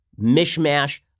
mishmash